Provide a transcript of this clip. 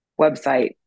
website